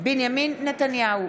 בנימין נתניהו,